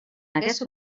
aquest